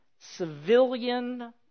civilian